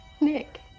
Nick